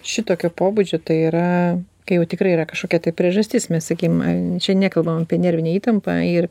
šitokio pobūdžio tai yra kai jau tikrai yra kažkokia tai priežastis mes sakym čia nekalbam apie nervinę įtampą ir